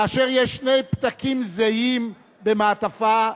כאשר יש שני פתקים זהים במעטפה,